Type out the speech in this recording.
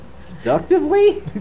Seductively